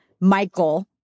Michael